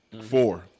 Four